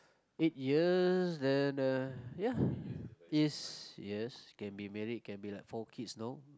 eight years then uh ya is yes can be married can be like four kids now